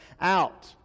out